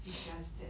it's just that